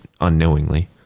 unknowingly